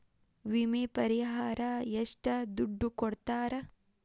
ವಿಮೆ ಪರಿಹಾರ ಎಷ್ಟ ದುಡ್ಡ ಕೊಡ್ತಾರ?